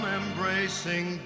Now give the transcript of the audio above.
embracing